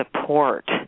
support